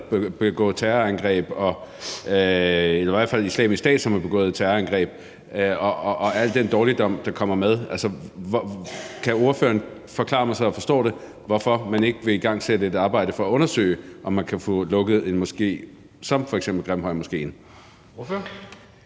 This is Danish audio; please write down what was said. begå terrorangreb – eller i hvert fald til Islamisk Stat, som har begået terrorangreb – og så er der al den dårligdom, der kommer med. Altså, kan ordføreren forklare mig, så jeg forstår det, hvorfor man ikke vil igangsætte et arbejde for at undersøge, om man kan få lukket en moské som f.eks. Grimhøjmoskéen?